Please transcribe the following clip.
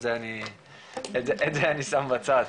את זה אני שם בצד,